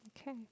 Okay